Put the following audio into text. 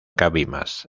cabimas